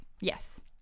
yes